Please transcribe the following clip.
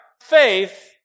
faith